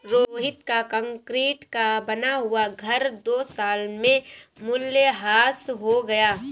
रोहित का कंक्रीट का बना हुआ घर दो साल में मूल्यह्रास हो गया